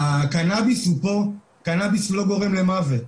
הקנאביס לא גורם למוות,